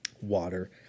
water